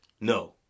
No